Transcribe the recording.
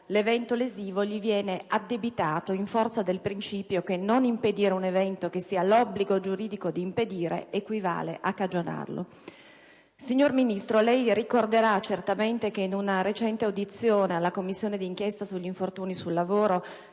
l'evento lesivo gli viene addebitato in forza del principio per cui non impedire un evento che si ha l'obbligo giuridico di impedire equivale a cagionarlo Signor Ministro, lei ricorderà certamente che, in una sua recente audizione presso la Commissione d'inchiesta sugli infortuni sul lavoro,